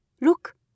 Look